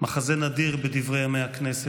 מחזה נדיר בדברי ימי הכנסת.